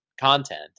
content